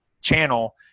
channel